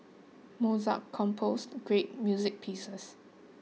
Mozart composed great music pieces